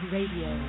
Radio